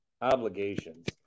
obligations